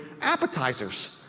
appetizers